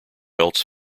else